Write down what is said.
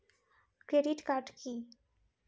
Credit card key?